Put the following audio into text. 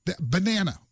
Banana